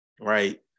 right